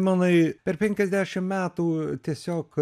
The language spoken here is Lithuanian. manai per penkiasdešim metų tiesiog